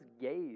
gaze